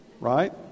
right